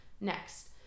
next